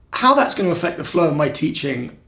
how that's going to effect the flow of my teaching,